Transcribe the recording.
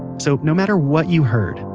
so, no matter what you heard,